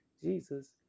jesus